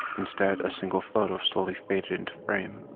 instead a single photo slowly faded into frame.